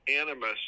animus